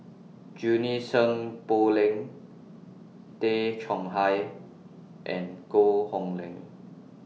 Junie Sng Poh Leng Tay Chong Hai and Koh Hong Leng